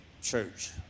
Church